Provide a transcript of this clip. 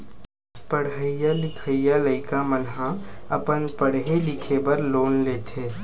पड़हइया लिखइया लइका मन ह अपन पड़हे लिखे बर लोन लेथे